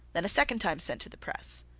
then a second time sent to the press,